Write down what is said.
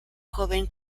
joven